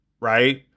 right